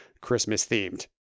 Christmas-themed